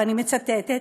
ואני מצטטת,